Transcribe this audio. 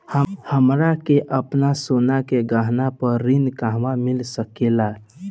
हमरा के आपन सोना के गहना पर ऋण कहवा मिल सकेला?